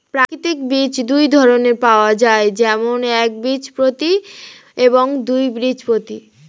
প্রাকৃতিক বীজ দুই ধরনের পাওয়া যায়, যেমন একবীজপত্রী এবং দুই বীজপত্রী